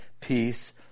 peace